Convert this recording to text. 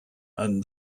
and